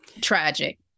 tragic